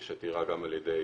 יש עתירה גם על ידי